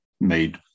made